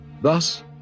Thus